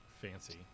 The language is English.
fancy